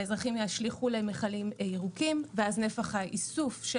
האזרחים ישליכו למכלים ירוקים ואז נפח האיסוף של